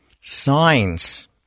signs